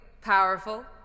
Powerful